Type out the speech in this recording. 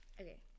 okay